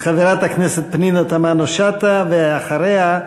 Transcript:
חברת הכנסת פנינה תמנו-שטה, ואחריה,